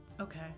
Okay